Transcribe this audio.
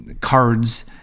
cards